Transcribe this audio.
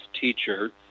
teacher